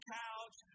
couch